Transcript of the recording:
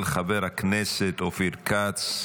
של חבר הכנסת אופיר כץ.